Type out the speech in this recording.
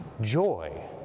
joy